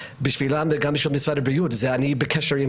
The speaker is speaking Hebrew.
בשבילם וגם בשביל משרד הבריאות אני בקשר עם